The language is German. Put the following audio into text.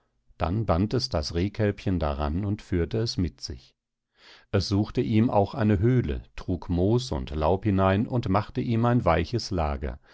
dann band es das rehkälbchen daran und führte es mit sich es suchte ihm auch eine höhle trug moos und laub hinein und machte ihm ein weiches lager